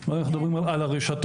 אם אנחנו מדברים על הרשתות.